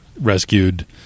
rescued